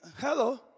Hello